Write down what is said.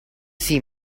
see